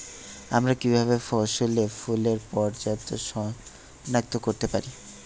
আমরা কিভাবে ফসলে ফুলের পর্যায় সনাক্ত করতে পারি?